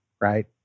right